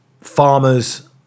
farmers